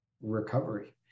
recovery